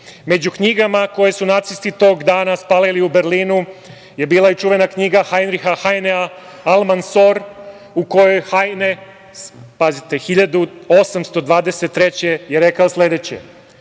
Među knjigama koje su nacisti tog dana spalili u Berlinu je bila i čuvena knjiga Hajnriha Hajnea „Almansor“, u kojoj Hajne, pazite, 1823. je rekao sledeće: